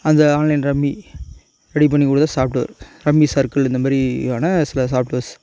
அந்த online rummy ready பண்ணிக் கொடுத்த சாஃப்ட்வேர் ரம்மி சர்குள் இந்தமாதிரியான சில சாஃப்ட்வேர்ஸ்